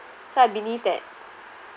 so I believe that